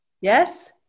Yes